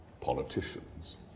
politicians